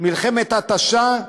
מלחמת התשה,